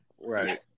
Right